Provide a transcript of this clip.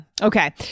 Okay